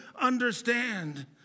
understand